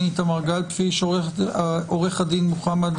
גלבפיש, עו"ד מוחמד